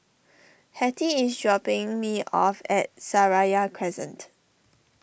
Hattie is dropping me off at Seraya Crescent